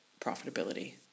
profitability